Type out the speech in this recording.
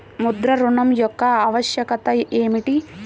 ముద్ర ఋణం యొక్క ఆవశ్యకత ఏమిటీ?